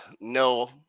no